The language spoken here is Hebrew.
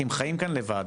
כי הם חיים כאן לבד,